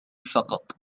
فقط